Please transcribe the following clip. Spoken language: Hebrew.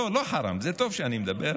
לא, לא חראם, זה טוב שאני מדבר.